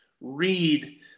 read